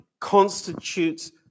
constitutes